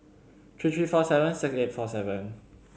three three four seven six eight four seven